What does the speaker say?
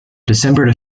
december